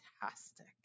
fantastic